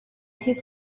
his